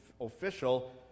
official